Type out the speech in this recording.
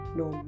no